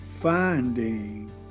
finding